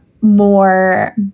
more